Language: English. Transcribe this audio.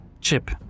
Chip